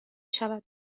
شود